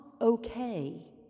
okay